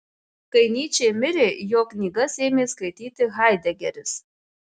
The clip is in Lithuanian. kai nyčė mirė jo knygas ėmė skaityti haidegeris